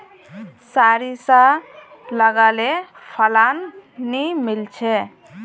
सारिसा लगाले फलान नि मीलचे?